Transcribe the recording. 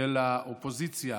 של האופוזיציה